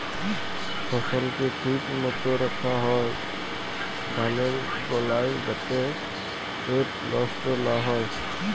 ফসলকে ঠিক মত রাখ্যা হ্যয় ধালের গলায় যাতে সেট লষ্ট লা হ্যয়